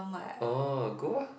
oh go ah